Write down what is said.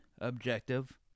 objective